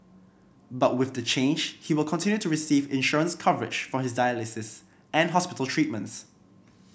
but with the change he will continue to receive insurance coverage for his dialysis and hospital treatments